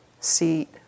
seat